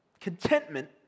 contentment